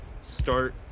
start